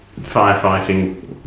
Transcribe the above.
firefighting